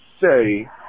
say